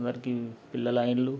అందరికీ పిల్లలు అయ్యిండ్రు